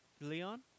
Leon